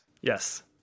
Yes